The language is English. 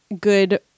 good